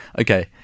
Okay